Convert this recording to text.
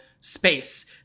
space